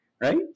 right